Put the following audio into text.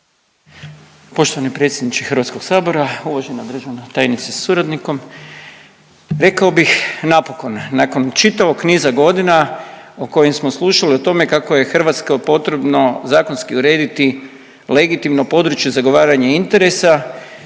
Poštovani predsjedniče Hrvatskog sabora, uvažena državna tajnice sa suradnikom. Rekao bih napokon nakon čitavog niza godina o kojim smo slušali o tome kako je Hrvatskoj potrebno zakonski urediti legitimno područje zagovaranja interesa.